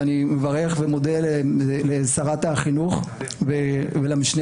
ואני מברך ומודה לשרת החינוך ולמשנה